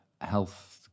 health